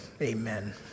Amen